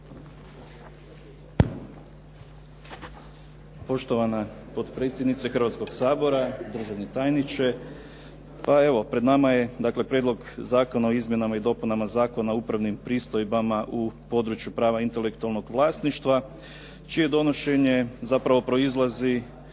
Poštovana potpredsjednice Hrvatskoga sabora, državni tajniče. Pa evo, pred nama je Prijedlog zakona o izmjenama i dopunama Zakona o upravnim pristojbama u području prava intelektualnog vlasništva čije donošenje zapravo proizlazi